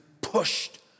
pushed